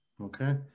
Okay